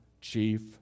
chief